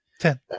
Ten